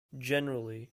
generally